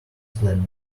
planet